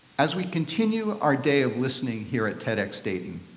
as we continue our day of listening here at tedxdayton,